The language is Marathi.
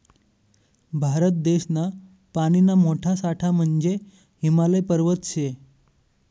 भारत देशना पानीना मोठा साठा म्हंजे हिमालय पर्वत शे